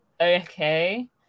okay